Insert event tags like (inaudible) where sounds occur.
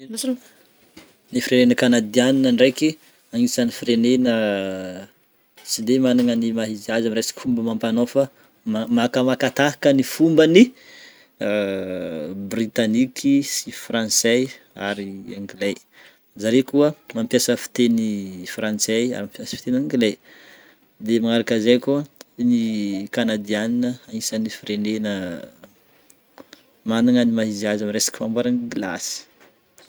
(noise) Ny firenena kanadianina ndreky agnisan'ny firenena tsy de magnana ny maha izy azy amin'ny resaka fomba amampanao fa ma- makamaka tahaka ny fomban'ny (hesitation) Britaniky sy Frantsay ary Anglais. Zare koa mampiasa fiteny frantsay ary mampiasa fiteny anglais. De magnaraka zay koa ny Kanadianina agnisan'ny firenena magnana ny maha izy azy amin'ny resaka fagnamboarana glasy.